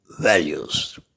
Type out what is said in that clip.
values